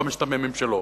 בחמשת המ"מים שלו.